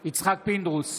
פינדרוס,